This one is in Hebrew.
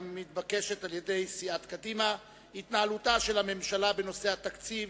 המתבקשת על-ידי סיעת קדימה: התנהלותה של הממשלה בנושא התקציב